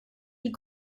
die